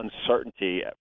uncertainty